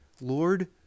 Lord